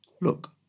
look